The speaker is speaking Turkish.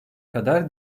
kadar